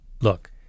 look